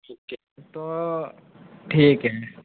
जी तो ठीक है